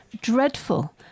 dreadful